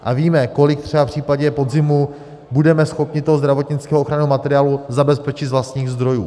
A víme, kolik třeba v případě podzimu budeme schopni toho zdravotnického ochranného materiálu zabezpečit z vlastních zdrojů.